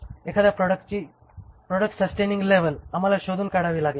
एखाद्या प्रॉडक्टची product sustaining level आम्हाला हे शोधून काढावी लागेल